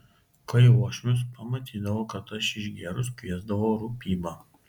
kai uošvis pamatydavo kad aš išgėrus kviesdavo rūpybą